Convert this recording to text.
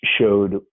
showed